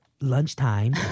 lunchtime